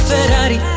Ferrari